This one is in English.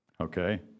Okay